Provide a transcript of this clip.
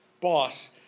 boss